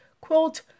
quote